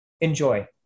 enjoy